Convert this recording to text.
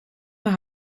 naar